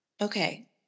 Okay